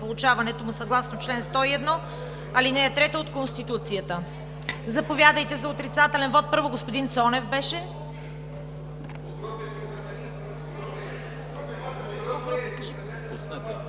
получаването му, съгласно чл. 101, ал. 3 от Конституцията. Заповядайте за отрицателен вот. Първо – господин Цонев.